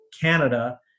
Canada